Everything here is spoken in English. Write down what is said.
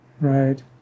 Right